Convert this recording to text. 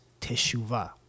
Teshuvah